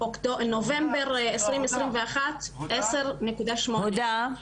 בנובמבר 2021 עשר נקודה שמונה.